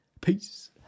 Peace